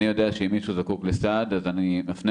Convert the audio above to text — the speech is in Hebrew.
אני יודע שאם מישהו זקוק לסעד אני מפנה